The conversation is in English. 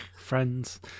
friends